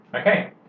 Okay